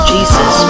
Jesus